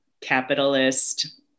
capitalist